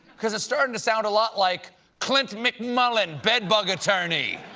because it's starting to sound a lot like clint mcmullen bed bug attorney!